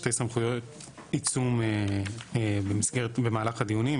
שתי סמכויות עיצום במהלך הדיונים,